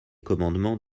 commandements